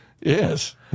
Yes